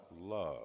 love